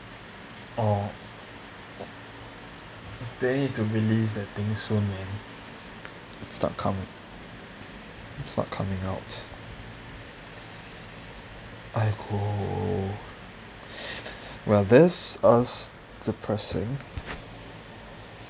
oh they need to realise that thing soon man start coming it start coming out !aiyo! well this is depressing